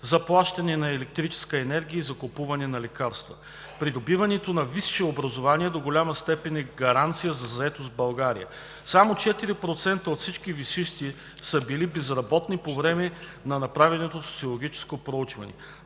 заплащане на електрическа енергия и закупуване на лекарства. Придобиването на висше образование до голяма степен е гаранция за заетост в България. Само 4% от всички висшисти са били безработни по време на направеното социологическо проучване.